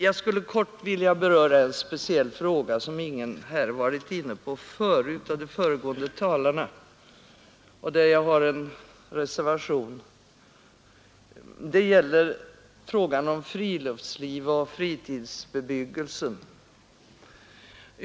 Jag skulle kort vilja beröra en speciell fråga som ingen av de föregående talarna har varit inne på och där jag varit med om att avge en reservation. Det gäller frågan om friluftsliv och fritidsbebyggelse.